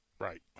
Right